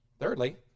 Thirdly